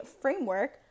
framework